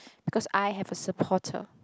because I have a supporter